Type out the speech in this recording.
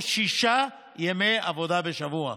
או שישה ימי עבודה בשבוע,